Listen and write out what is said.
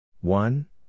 One